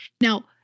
now